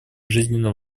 жизненно